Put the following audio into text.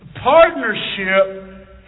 Partnership